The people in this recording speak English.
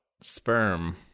sperm